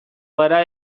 gara